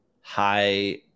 high